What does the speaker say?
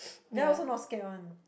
their also not scared one